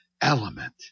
element